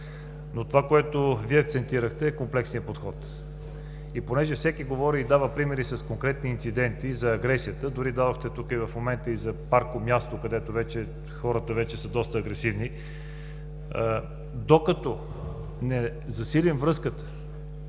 Това, на което Вие акцентирахте, е комплексният подход. И понеже всеки говори и дава примери с конкретни инциденти за агресията, дори дадохте тук в момента и за паркомясто, където хората вече са доста агресивни, докато не засилим връзката